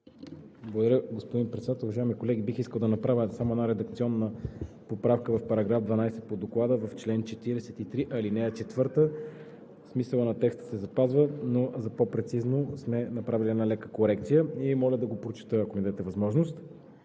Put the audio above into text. Благодаря, господин Председател. Уважаеми колеги, бих искал да направя една редакционна поправка в § 12 по Доклада в чл. 43, ал. 4 – смисълът на текста се запазва, но за по-прецизно сме направили една лека корекция. Моля да го прочета, ако ми дадете възможност.